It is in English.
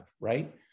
right